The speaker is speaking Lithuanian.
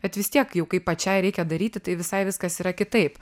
bet vis tiek jau kai pačiai reikia daryti tai visai viskas yra kitaip